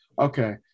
Okay